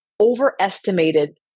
overestimated